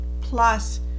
plus